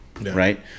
Right